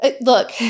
Look